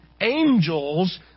angels